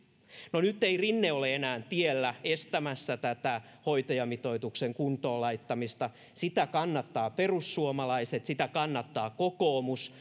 no nyt ei rinne ole enää tiellä estämässä tätä hoitajamitoituksen kuntoon laittamista sitä kannattaa perussuomalaiset sitä kannattaa kokoomus